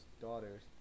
daughters